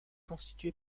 constituée